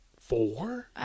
Four